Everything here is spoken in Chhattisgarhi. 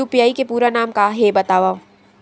यू.पी.आई के पूरा नाम का हे बतावव?